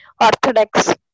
orthodox